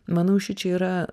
manau šičia yra